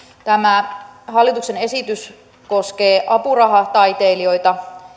tämä hallituksen esitys koskee apurahataitelijoita